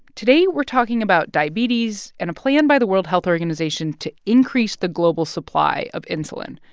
today we're talking about diabetes and a plan by the world health organization to increase the global supply of insulin,